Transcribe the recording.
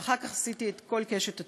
ואחר כך עשיתי את כל קשת התפקידים: